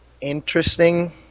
interesting